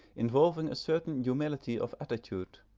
involving a certain humility of attitude,